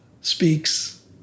speaks